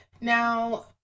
Now